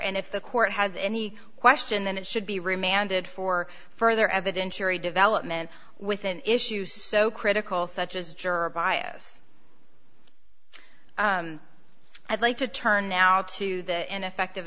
and if the court has any question then it should be remanded for further evidence jury development with an issue so critical such as juror bias i'd like to turn now to the ineffective